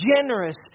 generous